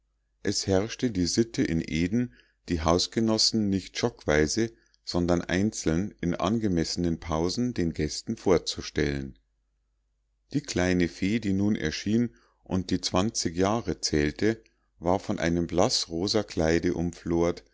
es herrschte die sitte in eden die hausgenossen nicht schockweise sondern einzeln in angemessenen pausen den gästen vorzustellen die kleine fee die nun erschien und die zwanzig jahre zählte war von einem blaßrosa kleide